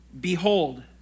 Behold